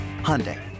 Hyundai